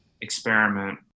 experiment